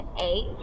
eight